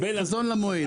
חזון למועד.